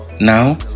Now